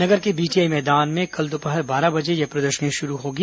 नगर के बीटीआई मैदान में कल दोपहर बारह बजे यह प्रदर्शनी शुरू होगी